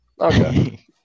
okay